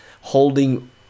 holding